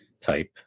type